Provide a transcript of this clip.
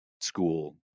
school